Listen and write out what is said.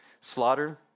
slaughter